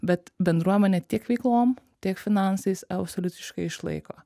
bet bendruomenė tiek veiklom tiek finansais absoliutiškai išlaiko